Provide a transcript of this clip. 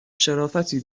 شرافتی